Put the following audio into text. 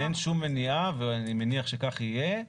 אין שום מניעה ואני מניח שכך יהיה,